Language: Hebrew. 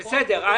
בסדר,